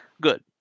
Good